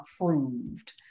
approved